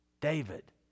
David